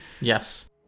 Yes